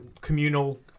communal